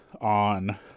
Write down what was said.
on